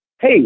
hey